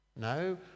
No